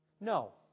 No